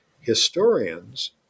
historians